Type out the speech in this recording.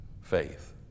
faith